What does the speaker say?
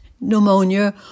pneumonia